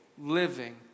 living